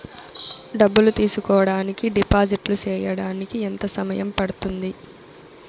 డబ్బులు తీసుకోడానికి డిపాజిట్లు సేయడానికి ఎంత సమయం పడ్తుంది